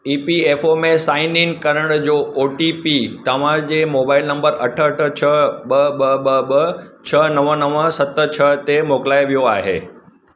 ई P F O में sign in करण जो ओ टी पी तव्हांजे मोबाइल नंबर अठ अठ छ्ह ॿ ॿ ॿ ॿ छ्ह नव नव सत छ्ह ते मोकिलाए वियो आहे